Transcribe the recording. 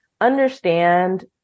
understand